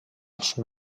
són